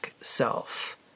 self